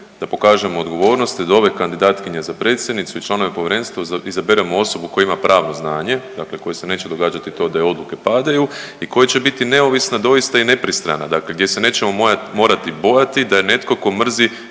da pokažemo odgovornost i da ove kandidatkinje za predsjednicu i članove povjerenstva izaberemo osobu koja ima pravo znanje, dakle kojoj se neće događati to da joj odluke padaju i koja će biti neovisna doista i nepristrana. Dakle, gdje se nećemo morati bojati da je netko tko mrzi